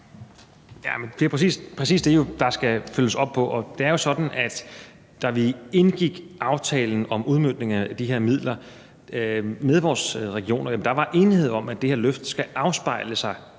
præcis det, der skal følges op på. Det er jo sådan, at da vi indgik aftalen om udmøntningen af de her midler med vores regioner, var der enighed om, at det her løft skal afspejle sig